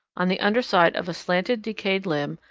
on the underside of a slanting decayed limb,